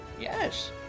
Yes